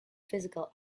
physical